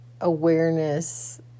awareness